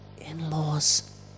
in-laws